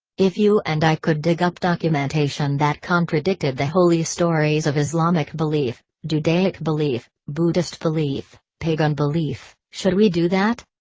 if you and i could dig up documentation that contradicted the holy stories of islamic belief, judaic belief, buddhist belief, pagan belief, should we do that?